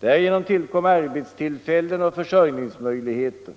Därigenom tillkom arbetstillfällen och försörjningsmöjligheter.